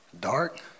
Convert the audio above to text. dark